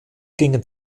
gingen